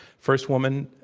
first woman,